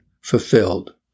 fulfilled